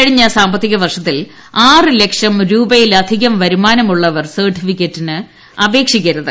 കഴിഞ്ഞ സാമ്പത്തിക വർഷത്തിൽ ആറുലക്ഷം രൂപയിലധികം വരുമാനമുള്ളവർ സർട്ടിഫിക്കറ്റിന് അപേക്ഷിക്ക രുത്